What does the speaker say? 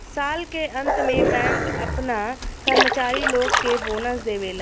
साल के अंत में बैंक आपना कर्मचारी लोग के बोनस देवेला